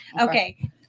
Okay